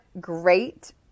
great